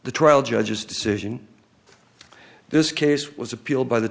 the trial judge's decision this case was appealed by the